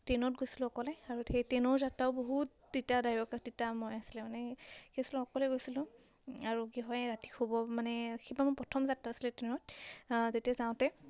ট্ৰেইনত গৈছিলোঁ অকলে আৰু সেই ট্ৰেইনৰ যাত্ৰাও বহুত তিতাদায়ক তিতাময় আছিলে মানে কি কি আছিলে অকলেই গৈছিলোঁ আৰু কি হয় ৰাতি শুব মানে সেইবাৰ মোৰ প্ৰথম যাত্ৰা আছিলে ট্ৰেইনত যেতিয়া যাওঁতে